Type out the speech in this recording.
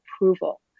approval